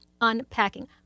unpacking